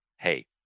hey